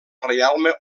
reialme